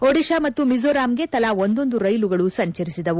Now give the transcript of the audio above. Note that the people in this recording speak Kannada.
ಒಡಿಶಾ ಮತ್ತು ಮಿಜೋರಾಂಗೆ ತಲಾ ಒಂದೊಂದು ರೈಲುಗಳು ಸಂಚರಿಸಿದವು